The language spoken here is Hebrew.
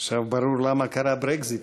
עכשיו ברור למה קרה הברקזיט,